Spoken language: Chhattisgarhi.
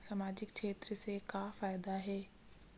सामजिक क्षेत्र से का फ़ायदा हे?